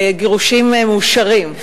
גירושים מאושרים,